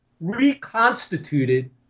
reconstituted